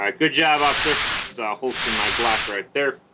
ah good job officer so holster my glock right there